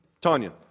Tanya